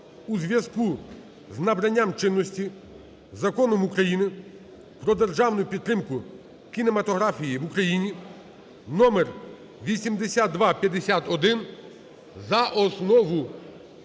у зв'язку з набранням чинності Законом України "Про державну підтримку кінематографії в Україні" (№ 8251) за основу,